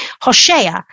hoshea